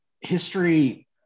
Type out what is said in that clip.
history